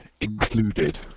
included